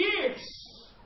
years